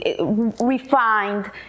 refined